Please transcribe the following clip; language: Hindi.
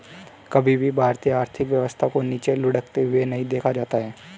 कभी भी भारतीय आर्थिक व्यवस्था को नीचे लुढ़कते हुए नहीं देखा जाता है